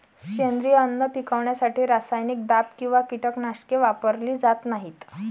सेंद्रिय अन्न पिकवण्यासाठी रासायनिक दाब किंवा कीटकनाशके वापरली जात नाहीत